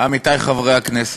עמיתי חברי הכנסת,